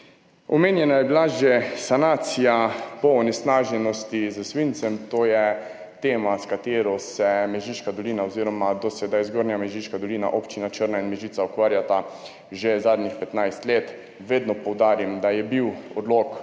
Omenjena je bila že sanacija po onesnaženosti s svincem. To je tema, s katero se Mežiška dolina oziroma do sedaj Zgornja Mežiška dolina, občini Črna in Mežica ukvarjata že zadnjih 15 let. Vedno poudarim, da je bil odlok